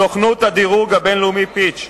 סוכנות הדירוג הבין-לאומי "פיץ'"